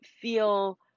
feel